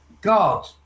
God